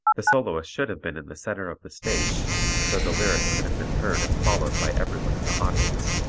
the soloist should have been in the center of the stage so the lyric could have been heard and followed by everyone in the audience.